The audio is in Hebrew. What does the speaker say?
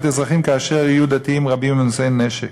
אזרחים כאשר יהיו דתיים רבים נושאי נשק.